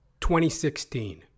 2016